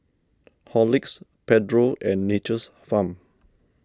Horlicks Pedro and Nature's Farm